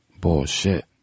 Bullshit